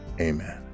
amen